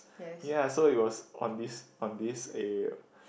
ye so it was on this on this eh